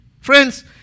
Friends